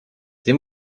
wir